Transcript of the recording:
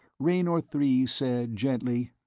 raynor three said gently,